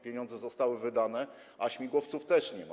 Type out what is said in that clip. Pieniądze zostały wydane, ale śmigłowców też nie ma.